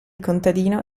contadino